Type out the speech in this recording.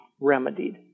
remedied